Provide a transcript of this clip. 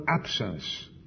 absence